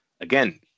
again